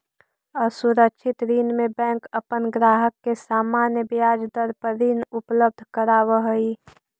असुरक्षित ऋण में बैंक अपन ग्राहक के सामान्य ब्याज दर पर ऋण उपलब्ध करावऽ हइ